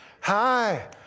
Hi